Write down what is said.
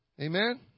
Amen